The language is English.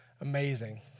Amazing